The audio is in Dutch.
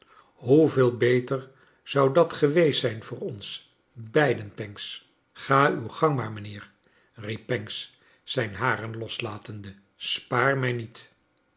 hoeveel beter zou dat geweest zijn voor ons beiden pancks i gra uw gang maar mijnheer i riep pancks zijn haren loslaten de spaar mij niet